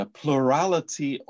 plurality